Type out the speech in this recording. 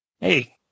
hey